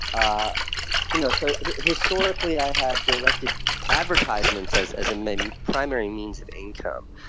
ah you know so historically i had directed advertisements as as my primary means of income.